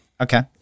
okay